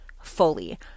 fully